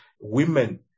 women